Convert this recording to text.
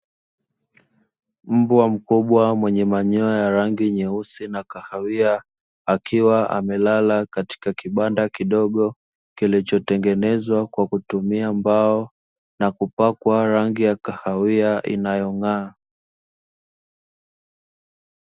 Mbwa mkubwa mwenye manyoya ya rangi nyeusi na kahawia akiwa amelala katika kibanda kidogo, kilicho tengenezwa kwa kutumia mbao na kupakwa rangi ya kahawia inayong'aa.